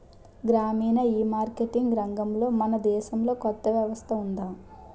గ్రామీణ ఈమార్కెటింగ్ రంగంలో మన దేశంలో కొత్త వ్యవస్థ ఉందా?